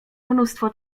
mnóstwo